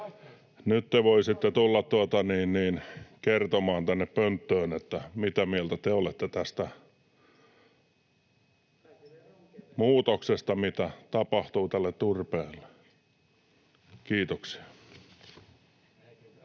nyt te voisitte tulla kertomaan tänne pönttöön, mitä mieltä te olette tästä muutoksesta, mitä tapahtuu turpeelle. — Kiitoksia.